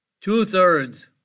Two-thirds